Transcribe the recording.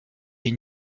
une